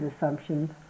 assumptions